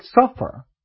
suffer